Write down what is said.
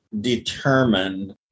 determined